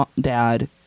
dad